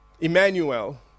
Emmanuel